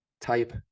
type